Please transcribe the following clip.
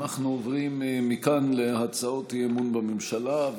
אנחנו עוברים מכאן להצעות אי-אמון בממשלה.